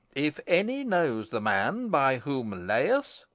if any knows the man by whom laius,